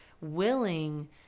willing